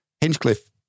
Hinchcliffe